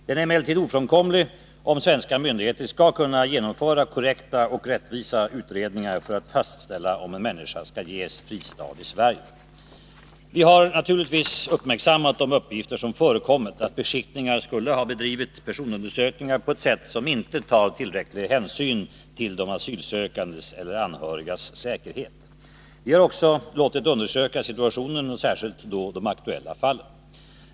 Den är emellertid ofrånkomlig om svenska myndigheter skall kunna genomföra korrekta och rättvisa utredningar för att fastställa om en människa skall ges fristad i Sverige. Vi har naturligtvis uppmärksammat de uppgifter som förekommit om att beskickningar skulle ha bedrivit personundersökningar på ett sätt som inte tar tillräcklig hänsyn till de asylsökandes eller anhörigas säkerhet. Vi har också låtit undersöka situationen och särskilt de aktuella fallen.